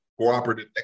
cooperative